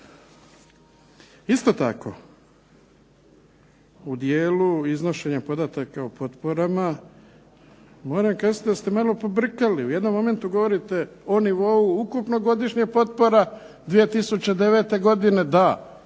Isto tako u dijelu iznošenja podataka o potporama moram kazati da ste malo pobrkali. U jednom momentu govorite o nivou ukupno godišnje potpora 2009. godine, da